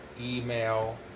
email